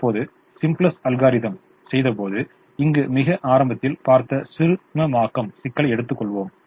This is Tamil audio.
இப்போது சிம்ப்ளக்ஸ் அல்காரிதம் செய்தபோது இங்கு மிக ஆரம்பத்தில் பார்த்த சிறுமமாக்கம் சிக்கலை எடுத்துக்கொள்வோம்